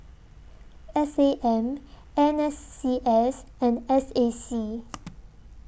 S A M N S C S and S A C